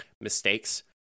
mistakes –